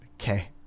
Okay